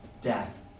death